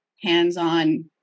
hands-on